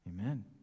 Amen